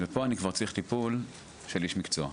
ופה אני כבר צריך טיפול של איש מקצוע"?